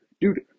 dude